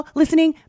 listening